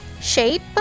Shape